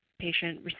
patient